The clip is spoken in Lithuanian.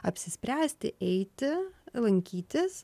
apsispręsti eiti lankytis